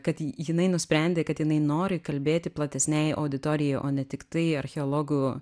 kad jinai nusprendė kad jinai nori kalbėti platesnei auditorijai o ne tiktai archeologų